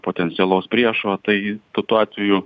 potencialaus priešo tai tuo tuo atveju